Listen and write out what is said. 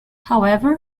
however